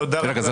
תודה רבה.